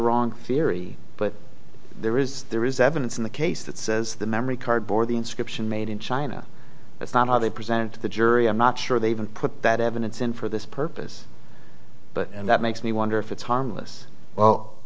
wrong theory but there is there is evidence in the case that says the memory card bore the inscription made in china that's not how they presented to the jury i'm not sure they even put that evidence in for this purpose but and that makes me wonder if it's harmless well